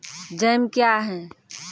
Jam क्या हैं?